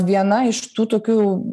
viena iš tų tokių